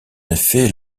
effet